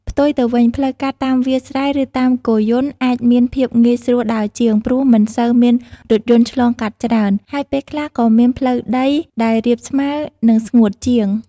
ផ្ទុយទៅវិញ ផ្លូវកាត់តាមវាលស្រែ ឬតាមគោយន្តអាចមានភាពងាយស្រួលដើរជាង ព្រោះមិនសូវមានរថយន្តឆ្លងកាត់ច្រើន ហើយពេលខ្លះក៏មានផ្លូវដីដែលរាបស្មើ និងស្ងួតជាង។